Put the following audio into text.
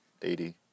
80